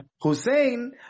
Hussein